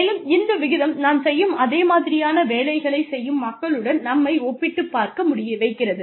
மேலும் இந்த விகிதம் நாம் செய்யும் அதே மாதிரியான வேலைகளை செய்யும் மக்களுடன் நம்மை ஒப்பிட்டுப் பார்க்க வைக்கிறது